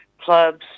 clubs